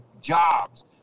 jobs